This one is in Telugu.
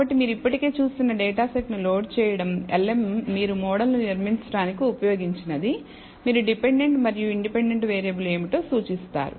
కాబట్టి మీరు ఇప్పటికే చూసిన డేటా సెట్ను లోడ్ చేయడం lm మీరు మోడల్ను నిర్మించడానికి ఉపయోగించినది మీరు డిపెండెంట్ మరియు ఇండిపెండెంట్ వేరియబుల్ ఏమిటో సూచిస్తారు